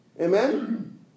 Amen